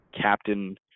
captain